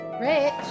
Rich